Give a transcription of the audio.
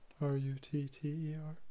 R-U-T-T-E-R